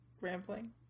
rambling